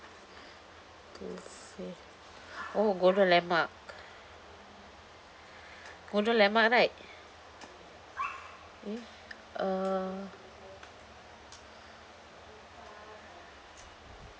buffet oh golden landmark golden landmark right eh uh